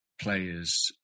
players